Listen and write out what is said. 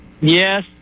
Yes